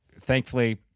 thankfully